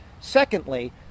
Secondly